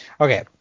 Okay